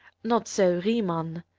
not so riemann.